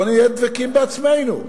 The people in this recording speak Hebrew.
בואו נהיה דבקים בעצמנו.